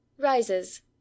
rises